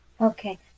Okay